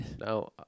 No